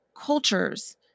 cultures